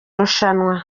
rushanwa